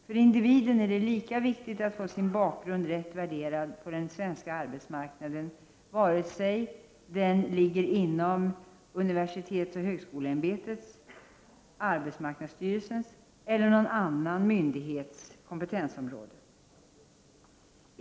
För individen är det lika viktigt att få sin bakgrund rätt värderad på den svenska arbetsmarknaden vare sig den ligger inom UHÄ:s, AMS eller någon annan myndighets kompetensområde.